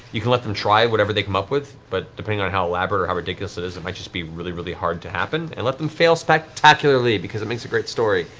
you can let them try whatever they come up with, but depending on how elaborate or how ridiculous it is, it might be really really hard to happen. and let them fail spectacularly, because it makes a great story.